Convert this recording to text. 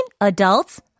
adults